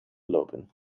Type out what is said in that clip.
lopen